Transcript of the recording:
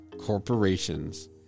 corporations